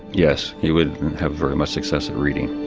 yes, he wouldn't have very much success at reading.